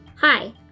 Hi